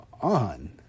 on